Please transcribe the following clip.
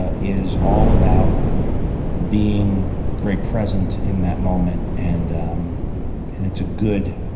ah is all about being very present in that moment, and um and it's a good